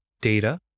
data